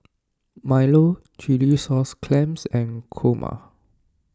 Milo Chilli Sauce Clams and Kurma